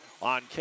on